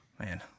man